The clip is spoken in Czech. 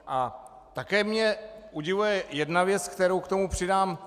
A také mě udivuje jedna věc, kterou k tomu přidám.